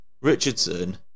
Richardson